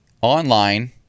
online